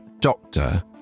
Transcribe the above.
doctor